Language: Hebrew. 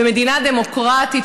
במדינה דמוקרטית,